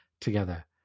together